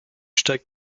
steigt